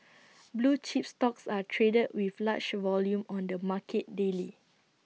blue chips stocks are traded with large volume on the market daily